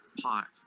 pot